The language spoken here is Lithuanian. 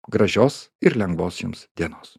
gražios ir lengvos jums dienos